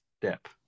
step